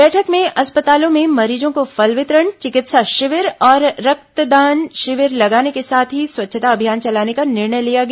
बैठक में अस्पतालों में मरीजों को फल वितरण चिकित्सा शिविर और रक्तदान शिविर लगाने के साथ ही स्वच्छता अभियान चलाने का निर्णय लिया गया